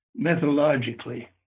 methodologically